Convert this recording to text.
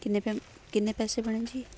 ਕਿੰਨੇ ਪੇ ਕਿੰਨੇ ਪੈਸੇ ਬਣੇ ਜੀ